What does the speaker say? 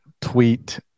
tweet